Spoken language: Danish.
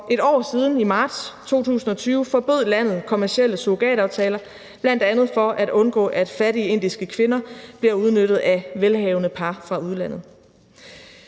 et år siden, i marts 2020, forbød landet kommercielle surrogataftaler, bl.a. for at undgå, at fattige indiske kvinder bliver udnyttet af velhavende par fra udlandet.